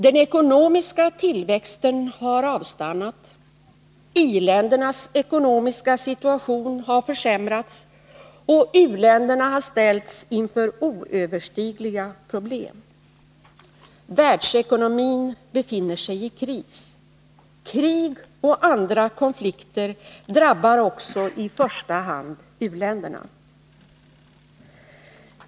Den ekonomiska tillväxten har avstannat, i-ländernas ekonomiska situation har försämrats och u-länderna har ställts inför oöverstigliga problem. Världsekonomin befinner sig i kris. Krig och andra konflikter drabbar också i första hand u-länderna.